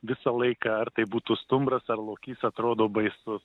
visą laiką ar tai būtų stumbras ar lokys atrodo baisus